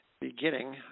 beginning